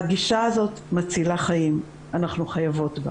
הגישה הזאת מצילה חיים, אנחנו חייבות בה.